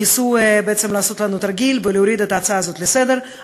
ניסו בעצם לעשות לנו תרגיל ולהוריד את ההצעה הזאת מסדר-היום.